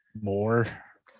more